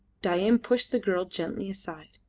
dain pushed the girl gently aside.